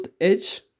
edge